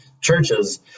churches